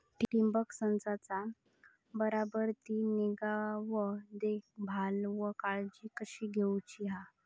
ठिबक संचाचा बराबर ती निगा व देखभाल व काळजी कशी घेऊची हा?